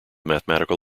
mathematical